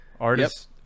Artists